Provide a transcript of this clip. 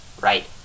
right